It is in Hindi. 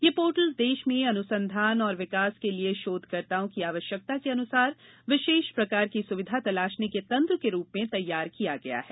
यह पोर्टल देश में अनुसंधान और विकास के लिए शोधकर्ताओं की आवश्यकता के अनुसार विशेष प्रकार की सुविधा तलाशने के तंत्र के रूप में तैयार किया गया है